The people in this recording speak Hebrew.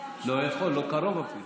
לא יכול להיות, לא קרוב אפילו.